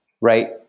right